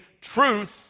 truth